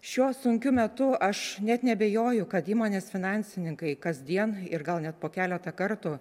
šiuo sunkiu metu aš net neabejoju kad įmonės finansininkai kasdien ir gal net po keletą kartų